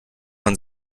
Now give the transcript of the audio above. man